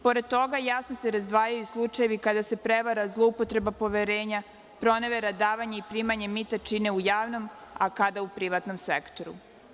Pored toga, jasno se razdvajaju i slučajevi kada se prevara, zloupotreba poverenja, pronevera i davanje i primanje mita čine u javnom, a kada u privatnom sektoru.